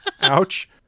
ouch